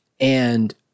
And-